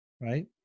Right